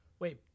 Wait